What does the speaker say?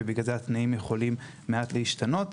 ובגלל זה התנאים יכולים מעט להשתנות.